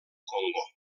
congo